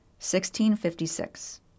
1656